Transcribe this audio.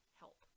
help